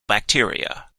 bacteria